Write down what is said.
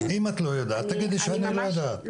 אם את לא יודעת, תגידי שאת לא יודעת.